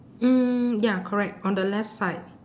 mm ya correct on the left side